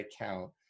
account